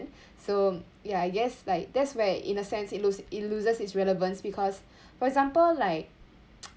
so ya I guess like that's where in a sense it lose it loses its relevance because for example like